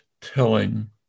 telling